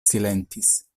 silentis